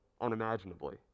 unimaginably